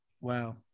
Wow